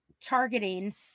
targeting